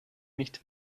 nicht